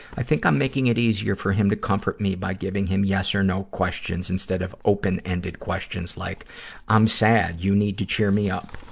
i think i'm making it easier for him to comfort me by giving him yes or no questions instead of open-ended questions like i'm sad you need to cheer me up.